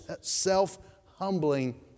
self-humbling